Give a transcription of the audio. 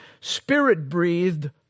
spirit-breathed